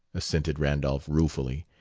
assented randolph ruefully.